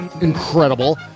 incredible